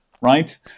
right